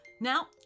Now